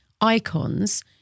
icons